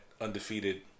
undefeated